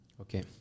Okay